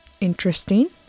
Interesting